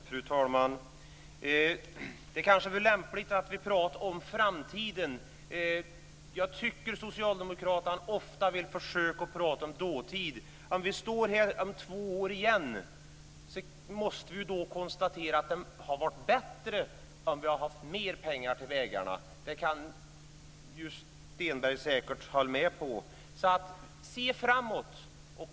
Fru talman! Det kanske är lämpligt att vi talar om framtiden. Jag tycker att socialdemokraterna ofta vill försöka tala om dåtid. När vi står här om två år igen måste vi konstatera att det hade varit bättre om vi hade haft mer pengar till vägarna. Det kan Stenberg säkert hålla med om. Se framåt!